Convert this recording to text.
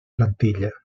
plantilla